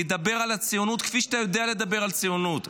דבר על הציונות כפי שאתה יודע לדבר על ציונות.